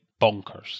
Bonkers